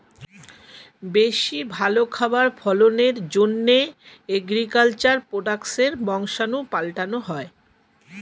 বেশি ভালো খাবার ফলনের জন্যে এগ্রিকালচার প্রোডাক্টসের বংশাণু পাল্টানো হয়